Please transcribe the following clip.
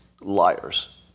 liars